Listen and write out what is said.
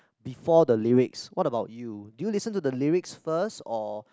before the lyrics what about you do you listen to the lyrics first or